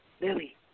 Lily